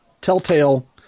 telltale